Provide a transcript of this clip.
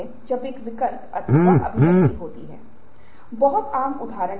और लेविन के बल क्षेत्र विश्लेषण में यह विरोध करने वाले बलों के साथ साथ सुविधा बलों के बारे में कहता है